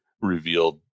revealed